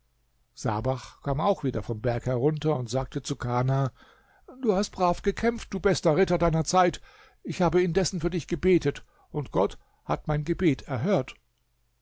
sabach kam auch wieder vom berg herunter und sagte zu kana du hast brav gekämpft du bester ritter deiner zeit ich habe indessen für dich gebetet und gott hat mein gebet erhört